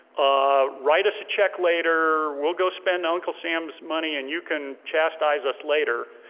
ah write us a check later, we'll go spend uncle sam's money and you can chastise us later.